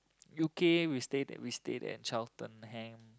U_K we stay stay there child turn hang